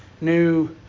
New